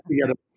together